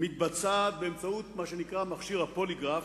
מתבצעת באמצעות מה שנקרא מכשיר הפוליגרף,